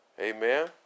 Amen